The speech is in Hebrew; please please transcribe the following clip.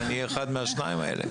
שאני אהיה אחד מהשניים האלה.